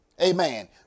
Amen